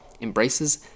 embraces